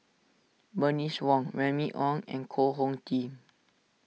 Bernice Wong Remy Ong and Koh Hong Teng